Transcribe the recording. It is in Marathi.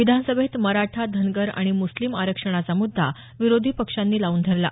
विधानसभेत मराठा धनगर आणि मुस्लिम आरक्षणाचा मुद्दा विरोधी पक्षांनी लाऊन धरला